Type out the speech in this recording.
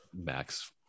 max